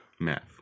Math